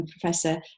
professor